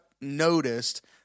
noticed